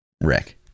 wreck